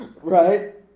right